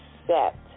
accept